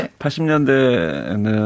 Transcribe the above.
80년대에는